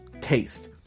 taste